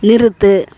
நிறுத்து